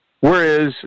Whereas